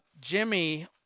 Jimmy